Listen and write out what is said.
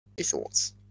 Thoughts